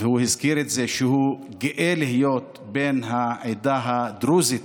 והוא הזכיר את זה שהוא גאה להיות בן העדה הדרוזית